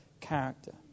character